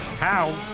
how?